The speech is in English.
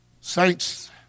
saints